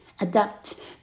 adapt